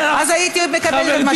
אז הייתי מקבלת את מה שאתה אומר.